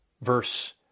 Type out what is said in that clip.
Verse